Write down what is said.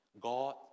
God